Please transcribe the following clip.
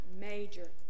major